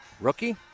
rookie